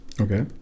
Okay